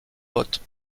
votes